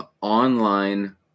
online